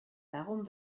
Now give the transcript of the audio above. darum